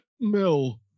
mill